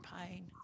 pain